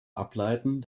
ableiten